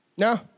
No